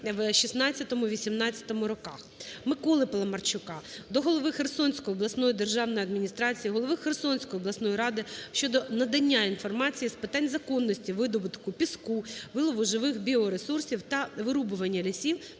в 16-18 роках. Миколи Паламарчука до голови Херсонської обласної державної адміністрації, голови Херсонської обласної ради щодо надання інформації з питань законності видобутку піску, вилову живих біоресурсів та вирубування лісів